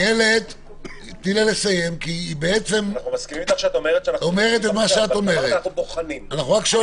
אתן אומרות אותו דבר, אנחנו שואלים רק מתי.